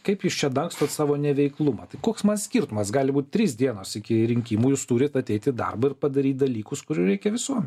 kaip jūs čia dangstot savo neveiklumą tai koks skirtumas gali būti trys dienos iki rinkimų jūs turit ateit į darbą ir padaryt dalykus kurių reikia visuomenei